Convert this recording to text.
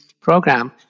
program